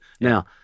Now